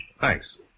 Thanks